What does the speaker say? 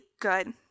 good